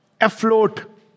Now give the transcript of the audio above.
afloat